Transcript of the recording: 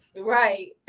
right